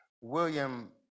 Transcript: William